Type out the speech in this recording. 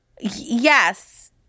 Yes